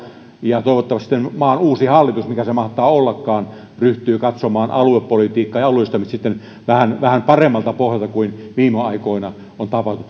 ja toivottavasti maan uusi hallitus mikä se mahtaa ollakaan ryhtyy katsomaan aluepolitiikkaa ja alueellistamista sitten vähän vähän paremmalta pohjalta kuin viime aikoina on tapana